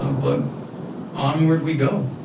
um but onward we go.